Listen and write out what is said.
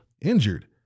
injured